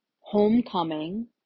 Homecoming